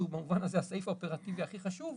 שהוא במובן הזה הסעיף האופרטיבי הכי חשוב,